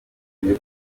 iyo